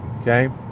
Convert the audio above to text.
Okay